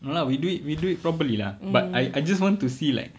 no lah we do it we do it properly lah but I I just want to see like